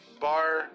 bar